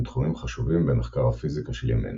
הם תחומים חשובים במחקר הפיזיקה של ימינו.